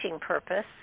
purpose